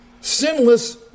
sinless